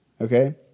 okay